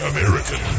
American